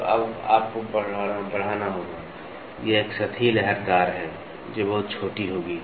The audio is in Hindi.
तो अब आपको बढ़ाना होगा यह एक सतही लहरदार है जो बहुत छोटी होगी